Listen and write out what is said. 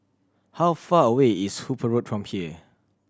how far away is Hooper Road from here